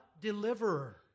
deliverer